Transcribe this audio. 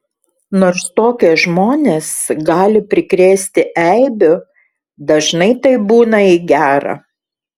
nors tokie žmonės gali prikrėsti eibių dažnai tai būna į gera